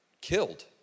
killed